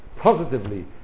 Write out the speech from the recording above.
positively